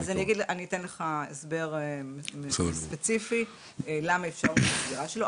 אני אתן לך הסבר ספציפי למה אפשרנו את הסגירה שלו.